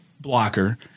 blocker